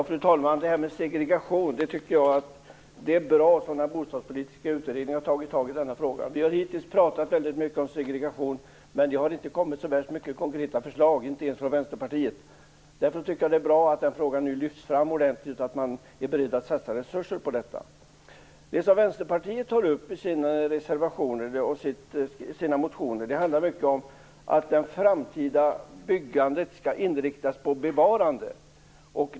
Fru talman! Det är bra att Bostadspolitiska utredningen har tagit tag i frågan om segregationen. Hittills har vi pratat väldigt mycket om segregation, men det har inte kommit särskilt många konkreta förslag - inte ens från Vänsterpartiet. Därför tycker jag att det är bra att den frågan nu lyfts fram ordentligt och att man är beredd att satsa resurser i detta sammanhang. Vad Vänsterpartiet tar upp i sin reservation och i sina motioner handlar mycket om att det framtida byggandet skall inriktas på bevarande.